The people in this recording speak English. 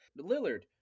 Lillard